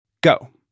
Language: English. Go